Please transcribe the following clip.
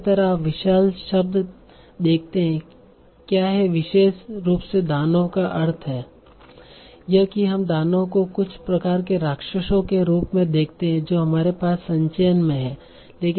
इसी तरह आप विशाल शब्द देखते हैं क्या है विशेष रूप से दानव का अर्थ है यह कि हम दानव को कुछ प्रकार के राक्षसों के रूप में देखते हैं जो हमारे पास संचयन में हैं